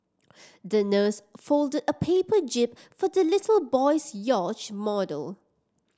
the nurse folded a paper jib for the little boy's yacht model